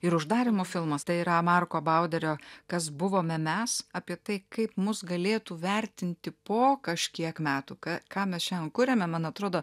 ir uždarymo filmas tai yra marko bauderio kas buvome mes apie tai kaip mus galėtų vertinti po kažkiek metų ką ką mes šiandien kuriame man atrodo